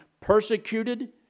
persecuted